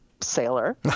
sailor